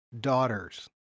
daughters